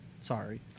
sorry